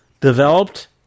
developed